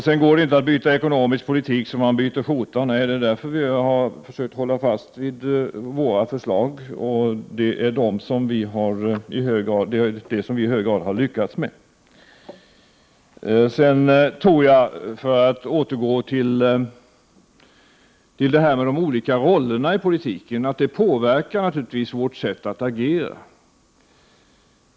Det går inte att byta ekonomisk politik som man byter skjorta, står det vidare. Nej, det är därför vi har försökt hålla fast vid våra förslag, och det har vi i hög grad lyckats med. För att återgå till det här med de olika rollerna i politiken vill jag säga att de naturligtvis påverkar vårt sätt att agera.